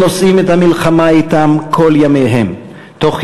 והם נושאים את המלחמה אתם כל ימיהם תוך